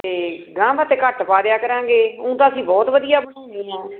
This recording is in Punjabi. ਅਤੇ ਅਗਾਂਹ ਵਾਸਤੇ ਘੱਟ ਪਾ ਦਿਆ ਕਰਾਂਗੇ ਊਂ ਤਾਂ ਅਸੀਂ ਬਹੁਤ ਵਧੀਆ ਬਣਾਉਂਦੇ ਹਾਂ